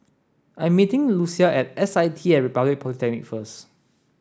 I'm meeting Lucia at S I T at Republic Polytechnic first